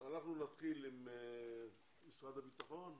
אנחנו נתחיל עם משרד הביטחון?